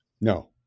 No